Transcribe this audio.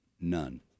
none